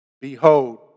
Behold